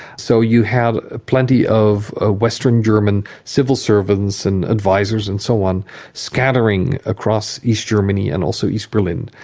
so you had plenty of ah western german civil servants and advisors and so on scattering across east germany and also east berlin.